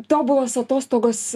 tobulos atostogos